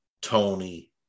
Tony